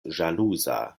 ĵaluza